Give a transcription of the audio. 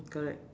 correct